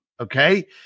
okay